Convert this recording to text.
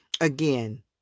Again